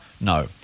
No